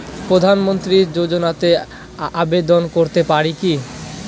প্রধানমন্ত্রী যোজনাতে আবেদন করতে পারি কি?